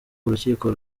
urukiko